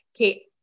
okay